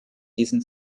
diesen